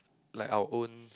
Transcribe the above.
like our own